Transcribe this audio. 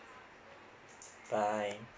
bye